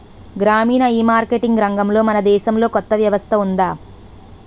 గ్రామీణ ఈమార్కెటింగ్ రంగంలో మన దేశంలో కొత్త వ్యవస్థ ఉందా?